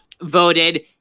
voted